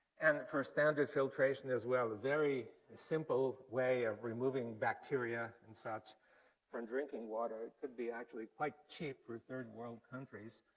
and for standard filtration as well, a very simple way of removing bacteria and such from drinking water it could be actually quite cheap for third world countries.